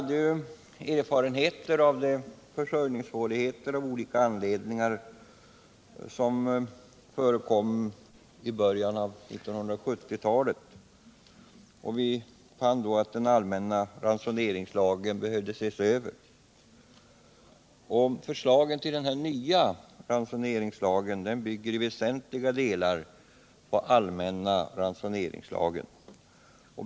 En av erfarenheterna från de försörjningssvårigheter som av olika anledningar förekom i början av 1970-talet är att den allmänna ransoneringslagen behöver ses över. Förslaget till ny ransoneringslag bygger i väsentliga delar på allmänna ransoneringslagen.